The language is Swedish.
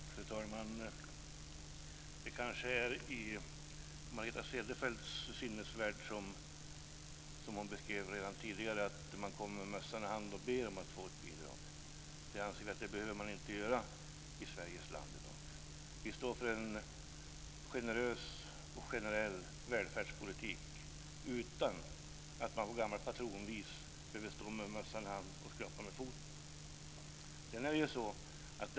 Fru talman! Det kanske är i Margareta Cederfelts sinnevärld att man, som hon beskrev redan tidigare, kommer med mössan i hand och ber om att få ett bidrag. Det anser vi att man inte behöver göra i Sveriges land i dag. Vi står för en generös och generell välfärdspolitik utan att man på gammalt patronvis behöver stå med mössan i hand och skrapa med foten.